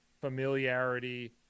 familiarity